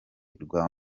rwa